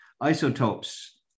Isotopes